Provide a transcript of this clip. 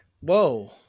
Whoa